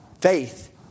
Faith